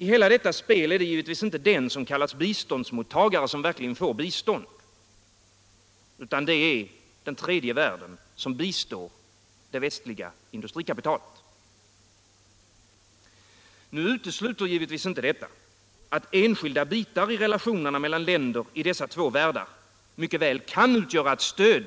I hela detta spel är det givetvis inte den som kallas biståndsmottagare som verkligen får biståndet, utan det är den tredje världen som bistår det västliga industrikapitalet. Nu utesluter givetvis inte detta att enskilda bitar i relationerna mellan länder i dessa två världar mycket väl kan utgöra ett stöd